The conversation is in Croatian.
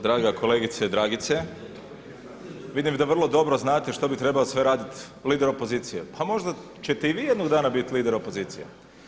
Draga kolegice Dragice, vidim da vrlo dobro znate što bi trebao sve raditi lider opozicije, pa možda ćete i vi jednog dana biti lider opozicije.